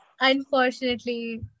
unfortunately